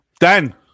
Dan